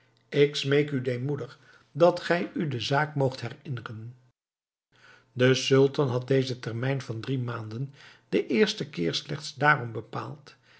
ik smeek u deemoedig dat gij u de zaak moogt herinneren de sultan had dezen termijn van drie maanden den eersten keer slechts daarom bepaald